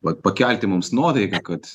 vat pakelti mums nuotaiką kad